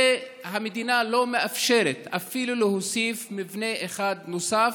והמדינה לא מאפשרת להוסיף אפילו מבנה אחד נוסף,